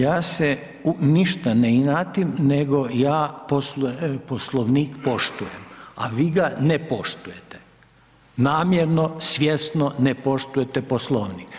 Ja se ništa ne inatim nego ja Poslovnik poštujem, a vi ga ne poštujete, namjerno, svjesno ne poštujete Poslovnik.